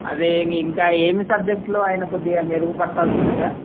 అదే మీకింకా ఏమీ సబ్జెక్ట్లో ఆయన కొద్దిగా మెరుగుపర్చాల్సుంటుంది సార్